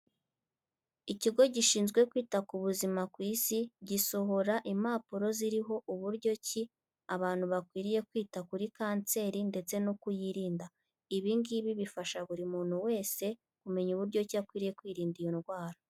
Ikigo gishinzwe kwita ku buzima ku Isi, gisohora impapuro ziriho uburyo ki abantu bakwiriye kwita kuri Kanseri ndetse no kuyirinda, ibi ngibi bifasha buri muntu wese kumenya uburyo ki akwiriye kwirinda iyo ndwara.